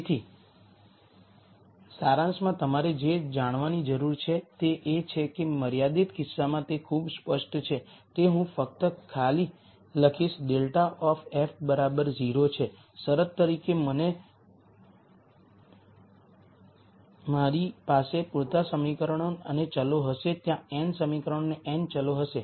તેથી સારાંશમાં તમારે જે જાણવાની જરૂર છે તે એ છે કે અમર્યાદિત કિસ્સામાં તે ખૂબ સ્પષ્ટ છે કે હું ફક્ત ખાલી લખીશ∇ of f બરાબર 0 છે શરત તરીકે અને મારી પાસે પૂરતા સમીકરણો અને ચલો હશે ત્યાં n સમીકરણો અને n ચલો હશે